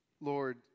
Lord